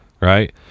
right